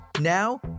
Now